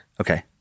Okay